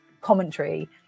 commentary